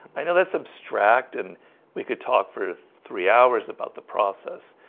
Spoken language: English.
i know that's abstract and we could talk for three hours about the process